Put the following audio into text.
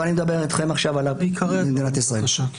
אבל אני מדבר אתכם עכשיו על מדינת ישראל.